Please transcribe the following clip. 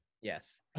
Yes